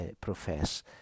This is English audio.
profess